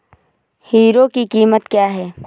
Hero की कीमत क्या है?